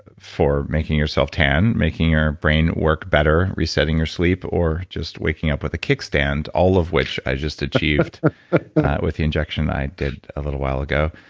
ah making yourself tan, making your brain work better, resetting your sleep or just waking up with a kick-stand, all of which i just achieved with the injection i did a little while ago,